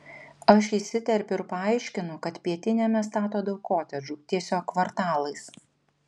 aš įsiterpiu ir paaiškinu kad pietiniame stato daug kotedžų tiesiog kvartalais